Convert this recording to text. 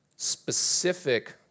specific